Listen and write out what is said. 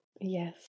Yes